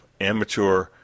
amateur